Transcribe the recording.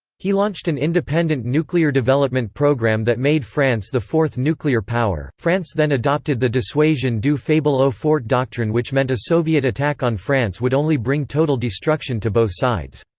he launched an independent nuclear development program that made france the fourth nuclear power france then adopted the dissuasion du faible au fort doctrine which meant a soviet attack on france would only bring total destruction to both sides.